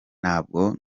ntabwo